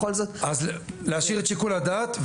להשאיר את שיקול הדעת.